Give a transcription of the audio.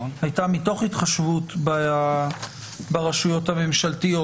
הייתה מתוך התחשבות ברשויות הממשלתיות.